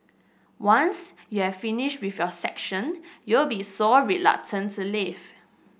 once you're finished with your session you'll be so reluctant to leave